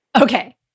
Okay